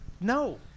No